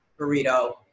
burrito